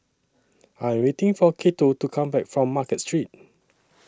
I Am waiting For Cato to Come Back from Market Street